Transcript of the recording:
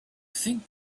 think